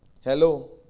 Hello